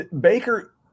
Baker